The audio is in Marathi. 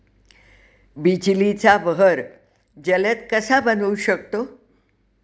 बिजलीचा बहर जलद कसा बनवू शकतो?